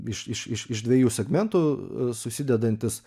iš iš iš iš dviejų segmentų susidedantis